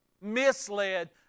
misled